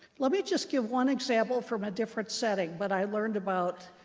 let me just give one example from a different setting, but i learned about,